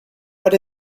what